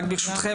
רק ברשותכם,